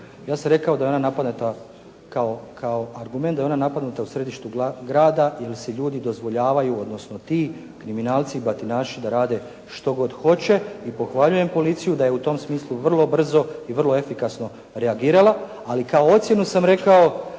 ja sam rekao da je ona napadnuta, kao argument da je ona napadnuta u središtu grada jer si ljudi dozvoljavaju, odnosno ti kriminalci i batinaši da rade što god hoće i pohvaljujem policiju da je u tom smislu vrlo brzo i vrlo efikasno reagirala. Ali kao ocjenu sam rekao